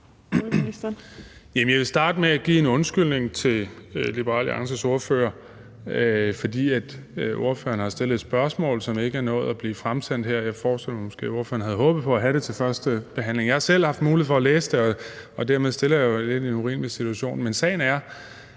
jeg vil starte med at give en undskyldning til Liberal Alliances ordfører, fordi ordføreren har stillet et spørgsmål, som ikke er nået at blive fremsendt. Jeg forestiller mig måske, at ordføreren havde håbet på at have det til førstebehandlingen. Jeg har selv haft mulighed for at læse det, og dermed stiller jeg jo ordføreren i en lidt urimelig situation. Men sagen er,